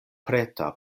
preta